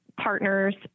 partners